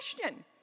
question